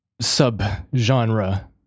sub-genre